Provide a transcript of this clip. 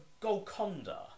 Golconda